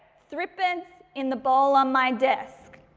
threepence in the bowl on my desk.